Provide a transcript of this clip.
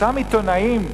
אותם עיתונאים,